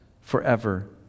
forever